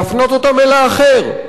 להפנות אותם אל האחר,